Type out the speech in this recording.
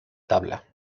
tabla